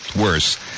worse